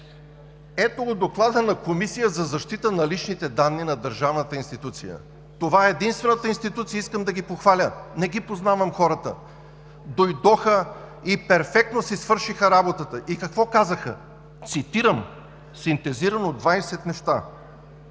ето го Доклада на Комисията за защита на личните данни на държавната институция. Това е единствената институция – искам да ги похваля, не ги познавам хората, дойдоха и перфектно си свършиха работата. И какво казаха? Цитирам синтезирано 20 неща: